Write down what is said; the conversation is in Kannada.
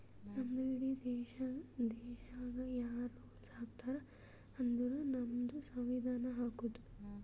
ನಮ್ದು ಇಡೀ ದೇಶಾಗ್ ಯಾರ್ ರುಲ್ಸ್ ಹಾಕತಾರ್ ಅಂದುರ್ ನಮ್ದು ಸಂವಿಧಾನ ಹಾಕ್ತುದ್